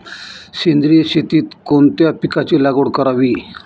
सेंद्रिय शेतीत कोणत्या पिकाची लागवड करावी?